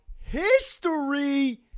history